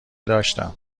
داشتم